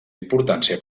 importància